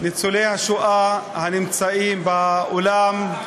ניצולי השואה הנמצאים באולם,